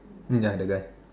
ya the guy